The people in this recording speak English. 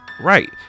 right